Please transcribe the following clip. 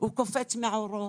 הוא קופץ מעורו,